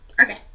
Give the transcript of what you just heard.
Okay